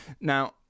Now